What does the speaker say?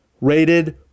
rated